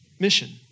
Mission